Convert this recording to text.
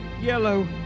yellow